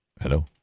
Hello